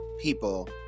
People